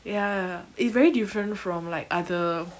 ya it's very different from like other